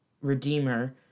Redeemer